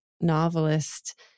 novelist